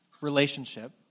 relationship